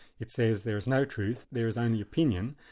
it says there is no truth, there is only opinion,